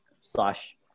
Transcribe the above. slash